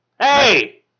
Hey